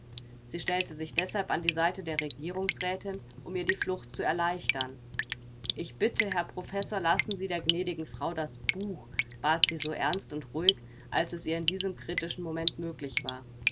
sie stellte sich deshalb an die seite der regierungsrätin um ihr die flucht zu erleichtern ich bitte herr professor lassen sie der gnädigen frau das buch bat sie so ernst und ruhig als es ihr in diesem kritischen moment möglich war